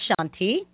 Shanti